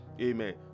Amen